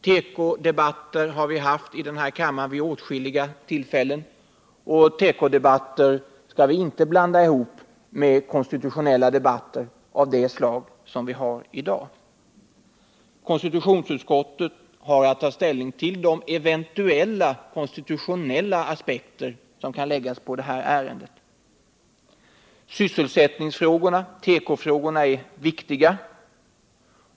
Teko-debatter har vi haft i denna kammare vid åtskilliga tillfällen, och teko-debatter skall vi inte blanda ihop med konstitutionella debatter av det slag som vi i dag har. Konstitutionsutskottet har att ta ställning till de eventuella konstitutionella aspekter som kan läggas på detta ärende. Sysselsättningsoch tekofrågorna är viktiga.